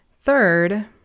Third